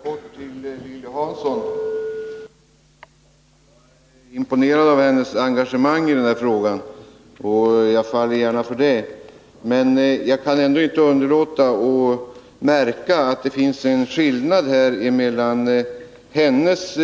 Herr talman! Bara kort till Lilly Hansson. Jag är imponerad av hennes engagemang i denna fråga och jag faller gärna för det. Men jag kan ändå inte underlåta att märka att det finns en skillnad mellan hennes